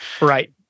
Right